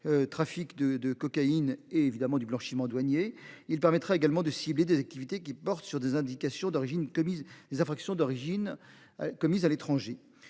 Trafic de cocaïne et évidemment du blanchiment douaniers il permettra également de cibler des activités qui portent sur des indications d'origine commises les